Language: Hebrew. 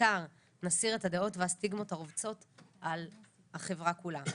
בעיקר נסיר את הדעות והסטיגמות הרובצות על החברה כולה.